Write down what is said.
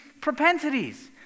propensities